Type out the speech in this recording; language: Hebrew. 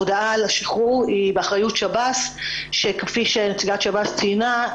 הודעה על השחרור היא באחריות שב"ס שכפי שנציגת שב"ס ציינה,